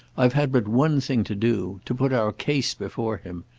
i've had but one thing to do to put our case before him.